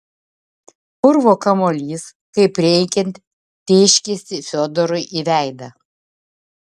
purvo kamuolys kaip reikiant tėškėsi fiodorui į veidą